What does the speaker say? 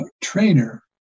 trainer